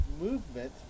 movement